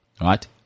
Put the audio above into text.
right